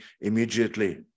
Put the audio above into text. immediately